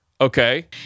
okay